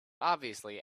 obviously